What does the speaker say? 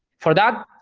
for that,